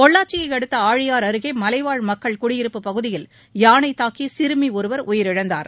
பொள்ளாச்சியை அடுத்த ஆழியார் அருகே மலைவாழ் மக்கள் குடியிருப்புப் பகுதியில் யானை தாக்கி சிறுமி ஒருவர் உயிரிழந்தார்